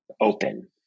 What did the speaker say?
open